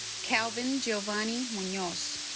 kelvin geovany munoz